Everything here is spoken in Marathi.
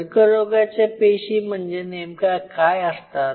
कर्करोगाच्या पेशी म्हणजे म्हणजे नेमक्या काय असतात